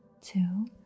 two